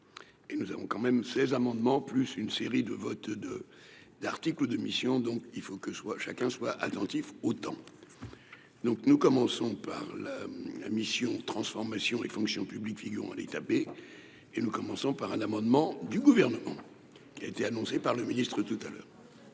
et nous avons quand même ces amendements plus une série de votes de d'articles de missions, donc il faut que soit chacun soit attentif, autant donc nous commençons par le, la mission transformation et fonction publique figurent les taper et nous commençons par un amendement du gouvernement qui a été annoncé par le ministre tout à l'heure.